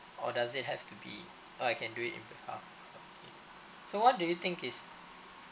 or does it have to be or I can do in behalf okay so what do you think is